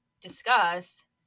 discuss